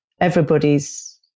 everybody's